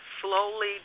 slowly